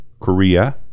Korea